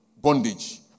bondage